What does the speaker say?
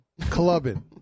Clubbing